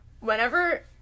Whenever